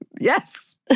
Yes